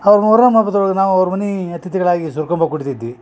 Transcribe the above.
ಅವ್ರ ಮೊಹರಮ್ ಹಬ್ದೊಳಗ ನಾವು ಅವ್ರ ಮನೀ ಅತಿಥಿಗಳಾಗಿ ಸುರ್ಕಂಬ ಕುಡಿತಿದ್ವಿ